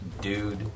dude